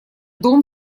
дом